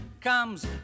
comes